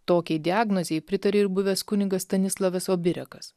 tokiai diagnozei pritarė ir buvęs kunigas stanislavas obirekas